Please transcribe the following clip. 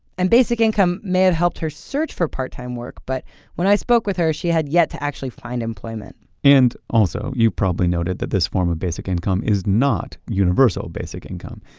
and basic income may have helped her search for part-time work. but when i spoke with her, she had yet to actually find employment and, also, you probably noted that this form of basic income is not universal basic income.